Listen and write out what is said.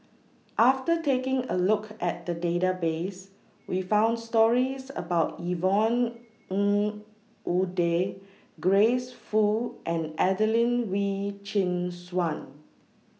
after taking A Look At The Database We found stories about Yvonne Ng Uhde Grace Fu and Adelene Wee Chin Suan